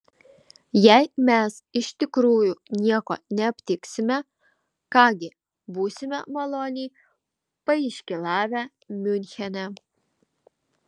jei mes iš tikrųjų nieko neaptiksime ką gi būsime maloniai paiškylavę miunchene